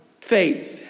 faith